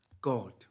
God